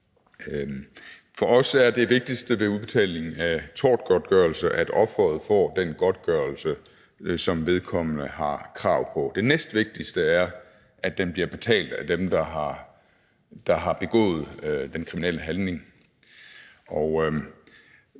For os er det vigtigste ved udbetaling af tortgodtgørelse, at offeret får den godtgørelse, som vedkommende har krav på. Det næstvigtigste er, at den bliver betalt af dem, der har begået den kriminelle handling.